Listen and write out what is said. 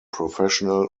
professional